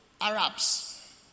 Arabs